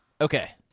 Okay